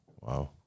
Wow